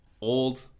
old